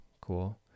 cool